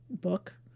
book